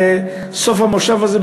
בסוף המושב הזה,